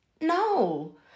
no